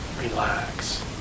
relax